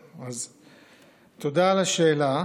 תודה על השאלה.